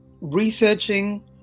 researching